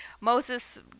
Moses